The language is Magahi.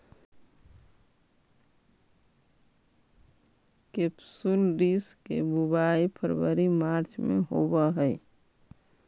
केपसुलरिस के बुवाई फरवरी मार्च में होवऽ हइ